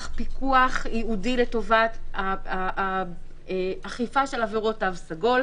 פיקוח ייעודי לטובת אכיפת עבירות תו סגול.